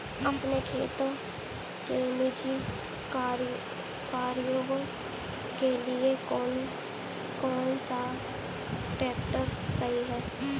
अपने खेती के निजी कार्यों के लिए कौन सा ट्रैक्टर सही है?